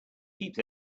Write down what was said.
keeps